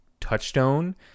touchstone